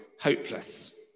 hopeless